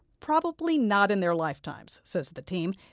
probably not in their lifetimes, says the team.